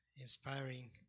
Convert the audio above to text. inspiring